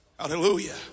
hallelujah